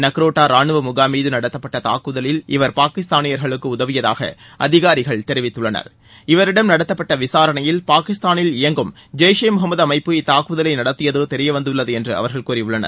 நக்ரோட்டா ரானுவ முகாம் மீது நடத்தப்பட்ட தூக்குதலில் இவர் பாகிஸ்தானியர்களுக்கு உதவியதாக அதிகாரிகள் தெரிவித்துள்ளனர் இவரிடம் நடத்தப்பட்ட விசாரணையில் பாகிஸ்தானில் இயங்கும் ஜெய்ஷே முகமது அமைப்பு இத்தாக்குதலை நடத்தியது தெரியவந்துள்ளது என்று அவர்கள் கூறியுள்ளனர்